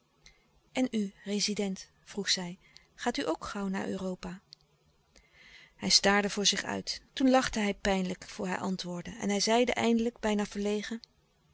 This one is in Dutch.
en u rezident vroeg zij gaat u ook gauw naar europa hij staarde voor zich uit toen lachte hij pijnlijk voor hij antwoordde en hij zeide eindelijk bijna verlegen